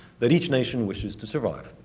that each nation wishes to survive.